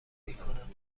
میکنم